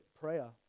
prayer